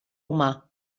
humà